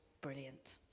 Brilliant